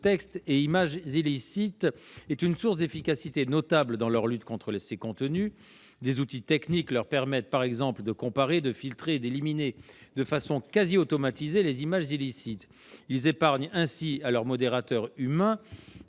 textes et d'images illicites est une source d'efficacité notable dans leur lutte contre ces contenus. Des outils techniques leur permettent, par exemple, de comparer, de filtrer et d'éliminer de façon quasi automatisée les images illicites. Ils épargnent ainsi à leurs modérateurs humains